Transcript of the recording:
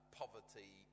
poverty